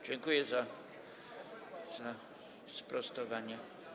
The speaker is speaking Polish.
Dziękuję za sprostowanie.